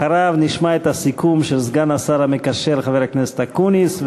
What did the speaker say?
אחריו נשמע את הסיכום של סגן השר המקשר חבר הכנסת אקוניס,